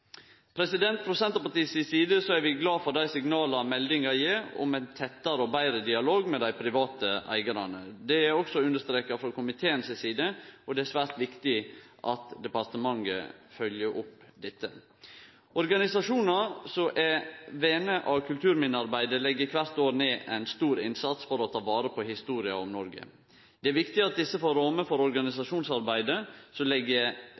Frå Senterpartiet si side er vi glade for dei signala meldinga gjev om ein tettare og betre dialog med dei private eigarane. Det er også understreka frå komiteen si side, og det er svært viktig at departementet følgjer opp dette. Organisasjonar som er vener av kulturminnearbeidet, legg kvart år ned ein stor innsats for å ta vare på historia om Noreg. Det er viktig at desse også får rammer for organisasjonsarbeidet som legg til rette for vidare innsats. Her ynskjer eg